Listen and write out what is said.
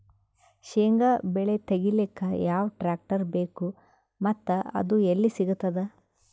ಶೇಂಗಾ ಬೆಳೆ ತೆಗಿಲಿಕ್ ಯಾವ ಟ್ಟ್ರ್ಯಾಕ್ಟರ್ ಬೇಕು ಮತ್ತ ಅದು ಎಲ್ಲಿ ಸಿಗತದ?